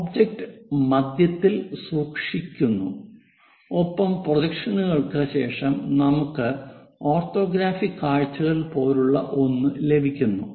object മധ്യത്തിൽ സൂക്ഷിക്കുന്നു ഒപ്പം പ്രൊജക്ഷനുകൾക്ക് ശേഷം നമുക്ക് ഓർത്തോഗ്രാഫിക് കാഴ്ചകൾ പോലുള്ള ഒന്ന് ലഭിക്കുന്നു